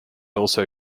also